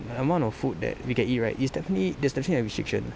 the amount of food that we can eat right is definitely there's definitely a restriction